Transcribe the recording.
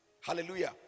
Hallelujah